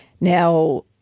Now